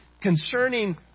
concerning